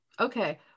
Okay